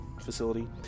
facility